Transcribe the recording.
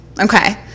okay